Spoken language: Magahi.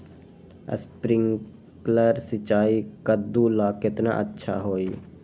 स्प्रिंकलर सिंचाई कददु ला केतना अच्छा होई?